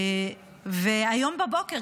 והיום בבוקר,